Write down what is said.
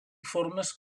formes